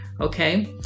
okay